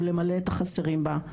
ולמלא את החסרים בה.